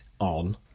on